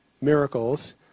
miracles